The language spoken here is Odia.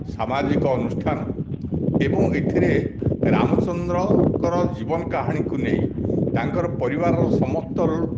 ସାମାଜିକ ଅନୁଷ୍ଠାନ ଏବଂ ଏଥିରେ ରାମଚନ୍ଦ୍ରଙ୍କର ଜୀବନ କାହାଣୀକୁ ନେଇ ତାଙ୍କର ପରିବାରର ସମସ୍ତ